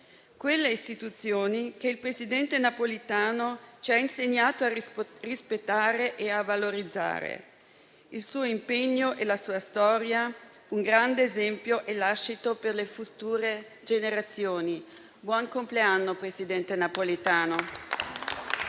quelle istituzioni che il presidente Napolitano ci ha insegnato a rispettare e a valorizzare. Il suo impegno e la sua storia sono un grande esempio e lascito per le future generazioni. Buon compleanno, presidente Napolitano!